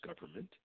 government